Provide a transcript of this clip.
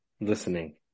listening